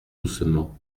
doucement